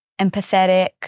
empathetic